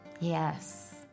Yes